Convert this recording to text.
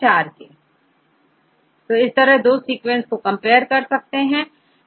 छात्र 4 4 तो इन दो सीक्वेंस को कंपेयर करते हैं